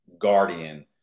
guardian